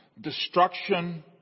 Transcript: destruction